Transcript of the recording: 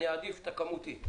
אני אעדיף את הכמותי.